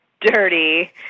dirty